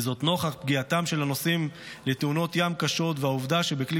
וזאת נוכח פגיעותם של הנוסעים לתאונות ים קשות והעובדה שבכלי